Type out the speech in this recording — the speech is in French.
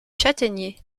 châtaigniers